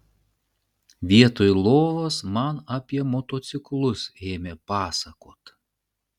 vietoj lovos man apie motociklus ėmė pasakot